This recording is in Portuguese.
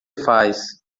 faz